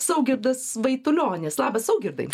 saugirdas vaitulionis labas daugirdai